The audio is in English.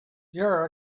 your